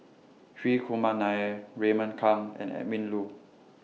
Hri Kumar Nair Raymond Kang and Edwin Koo